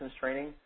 training